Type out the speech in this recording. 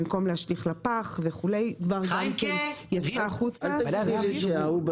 בחברה הערבית עשינו קמפיין מיוחד שמדבר אל החברה הערבית.